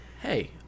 Hey